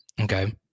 Okay